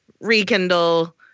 rekindle